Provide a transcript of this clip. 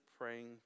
praying